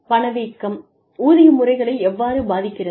பணவீக்கம் ஊதிய முறைகளை எவ்வாறு பாதிக்கிறது